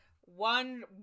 one